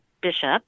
bishop